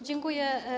Dziękuję.